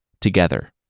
Together